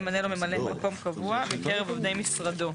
ימנה לו ממלא מקום קבוע מקרב עובדי משרדו.